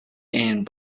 and